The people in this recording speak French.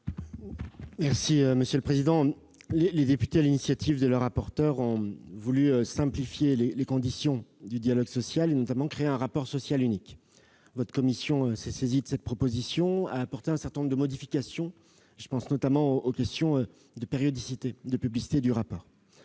secrétaire d'État. Les députés, sur l'initiative de leur rapporteur, ont voulu simplifier les conditions du dialogue social, notamment en créant un rapport social unique. Votre commission, qui s'est saisie de cette proposition, a apporté un certain nombre de modifications ; je pense notamment à la question de la périodicité et de la publicité du rapport.